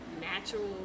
natural